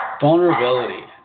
Vulnerability